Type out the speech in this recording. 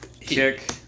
Kick